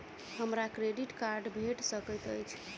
हमरा credit card भेट सकैत अछि?